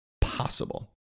possible